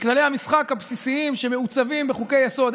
לכללי המשחק הבסיסיים שמעוצבים בחוקי-היסוד.